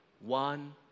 One